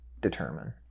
determine